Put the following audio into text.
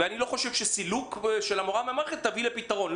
אני לא חושב שסילוק של המורה מן המערכת יביא לפתרון,